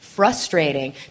frustrating